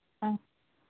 ஆ